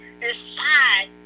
decide